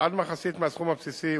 עד מחצית מהסכום הבסיסי,